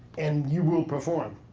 and you will perform.